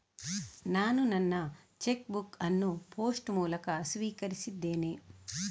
ನಾನು ನನ್ನ cheque book ಅನ್ನು ಪೋಸ್ಟ್ ಮೂಲಕ ಸ್ವೀಕರಿಸಿದ್ದೇನೆ